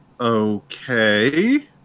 Okay